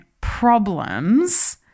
problems